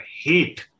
hate